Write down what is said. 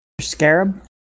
scarab